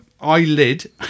eyelid